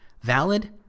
valid